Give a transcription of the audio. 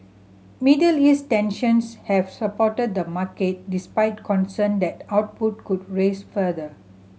Middle East tensions have supported the market despite concern that output could rise further